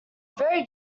very